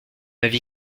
avis